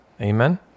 Amen